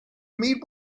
meet